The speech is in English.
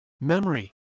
memory